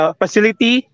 facility